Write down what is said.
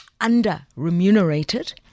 under-remunerated